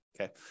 Okay